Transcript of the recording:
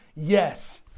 Yes